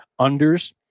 unders